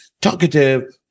talkative